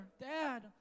Dad